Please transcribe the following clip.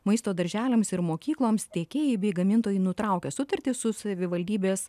maisto darželiams ir mokykloms tiekėjai bei gamintojai nutraukia sutartį su savivaldybės